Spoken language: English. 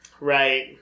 Right